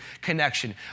connection